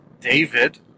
David